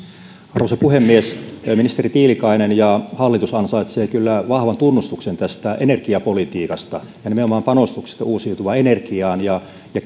arvoisa puhemies ministeri tiilikainen ja hallitus ansaitsevat kyllä vahvan tunnustuksen tästä energiapolitiikasta ja nimenomaan panostuksista uusiutuvaan energiaan ja ja